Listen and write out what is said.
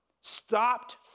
stopped